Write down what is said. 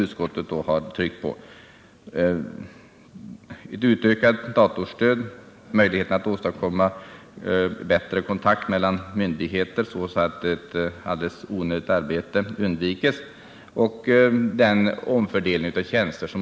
Utskottet föreslår således ett utökat datorstöd, åtgärder för att åstadkomma bättre kontakt mellan myndigheter så att helt onödigt arbete undviks samt viss omfördelning av tjänster.